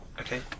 Okay